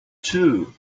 too